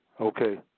Okay